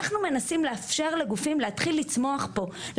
אנחנו מנסים לאפשר לגופים להתחיל לצמוח פה,